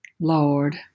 Lord